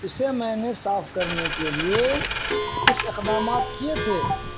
اسے میں نے صاف کرنے کے لیے کچھ اقدامات کیے تھے